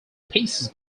pieces